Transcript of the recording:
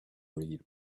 read